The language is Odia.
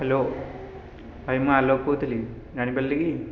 ହ୍ୟାଲୋ ଭାଇ ମୁଁ ଆଲୋକ କହୁଥିଲି ଜାଣିପାରିଲେ କି